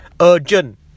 urgent